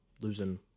losing